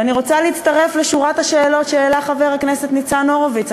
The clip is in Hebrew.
ואני רוצה להצטרף לשורת השאלות שהעלה חבר הכנסת ניצן הורוביץ.